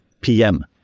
PM